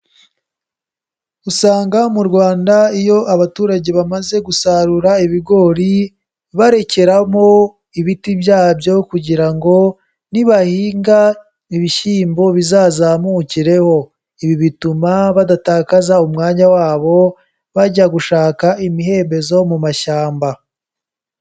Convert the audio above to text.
Usanga mu Rwanda iyo abaturage bamaze gusarura ibigori, barekeramo ibiti byabyo, kugira ngo ni bahinga ibishyimbo bizazamukireho, ibi bituma badatakaza umwanya wabo bajya gushaka imihembezo mu mashyamba.